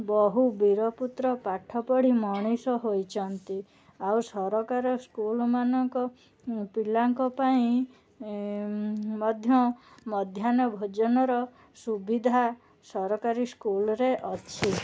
ବହୁ ବୀରପୁତ୍ର ପାଠପଢ଼ି ମଣିଷ ହୋଇଛନ୍ତି ଆଉ ସରକାର ସ୍କୁଲ ମାନଙ୍କ ପିଲାଙ୍କପାଇଁ ମଧ୍ୟ ମଧ୍ଯାହ୍ନ ଭୋଜନର ସୁବିଧା ସରକାରୀ ସ୍କୁଲ ରେ ଅଛି